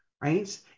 right